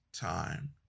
time